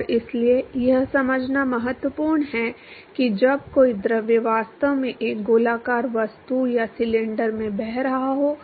और इसलिए यह समझना महत्वपूर्ण है कि जब कोई द्रव वास्तव में एक गोलाकार वस्तु या सिलेंडर से बह रहा हो